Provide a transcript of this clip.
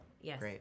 yes